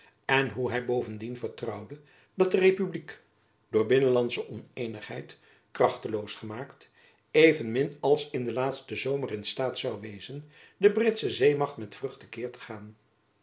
en hoe hy bovendien vertrouwde dat de republiek door binnenlandsche oneenigheid krachteloos gemaakt evenmin als in den laatsten zomer in staat zoû wezen de britsche zeemacht met vrucht te keer te gaan